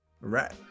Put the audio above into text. right